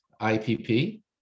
IPP